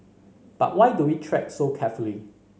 but why do we tread so carefully